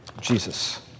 Jesus